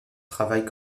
travaille